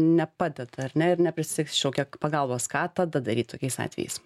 nepadeda ar ne ir neprisišaukia pagalbos ką tada daryt tokiais atvejais